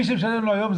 מי שמשלם לו היום,